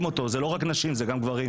וזה לא רק נשים אלא גם גברים,